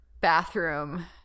bathroom